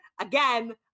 again